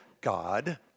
God